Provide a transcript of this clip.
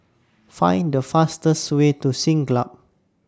Find The fastest Way to Siglap